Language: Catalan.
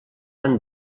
han